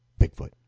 Bigfoot